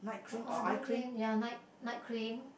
what other thing ya night night cream